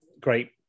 great